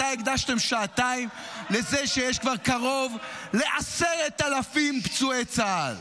מתי הקדשתם שעתיים לזה שיש כבר קרוב ל-10,000 פצועי צה"ל?